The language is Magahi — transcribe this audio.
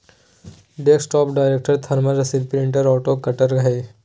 डेस्कटॉप डायरेक्ट थर्मल रसीद प्रिंटर ऑटो कटर हइ